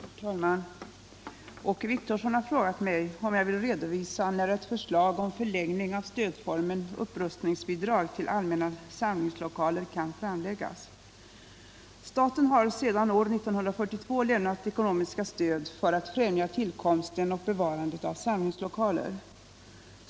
Herr talman! Åke Wictiorsson har frågat mig om jag vill redovisa när ett förslag om förlängning av stödformen Upprustningsbidrag till allmänna samlingslokaler kan framläggas. Staten har sedan år 1942 lämnat ekonomiska stöd för att främja tillkomsten och bevarandet av samlingslokaler.